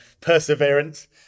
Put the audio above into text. perseverance